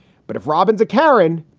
but if robin's a karen,